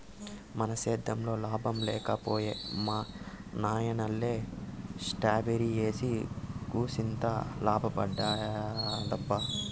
మన సేద్దెంలో లాభం లేక పోయే మా నాయనల్లె స్ట్రాబెర్రీ ఏసి కూసింత లాభపడదామబ్బా